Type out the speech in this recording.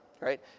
right